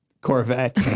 Corvette